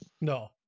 No